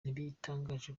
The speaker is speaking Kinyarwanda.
ntibitangaje